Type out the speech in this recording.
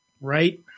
right